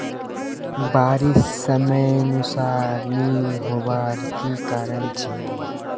बारिश समयानुसार नी होबार की कारण छे?